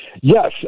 Yes